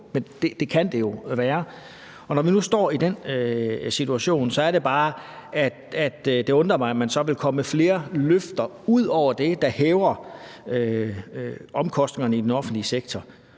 men det kan det jo være, og når vi nu står i den situation, er det bare, at det undrer mig, at man så vil komme med flere løfter ud over det, der hæver omkostningerne i den offentlige sektor.